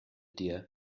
deer